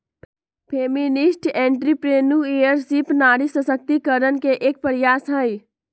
feminist entrepreneurship नारी सशक्तिकरण के एक प्रयास हई